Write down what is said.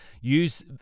Use